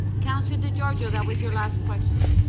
councillor di giorgio that was your last question.